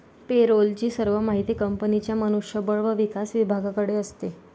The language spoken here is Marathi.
पे रोल ची सर्व माहिती कंपनीच्या मनुष्य बळ व विकास विभागाकडे असते